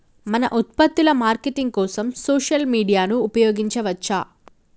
మన ఉత్పత్తుల మార్కెటింగ్ కోసం సోషల్ మీడియాను ఉపయోగించవచ్చా?